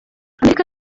amerika